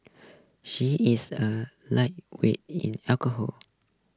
she is a lightweight in alcohol